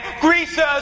greasers